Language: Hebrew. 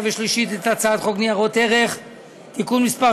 ושלישית את הצעת חוק ניירות ערך (תיקון מס'